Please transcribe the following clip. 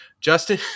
Justin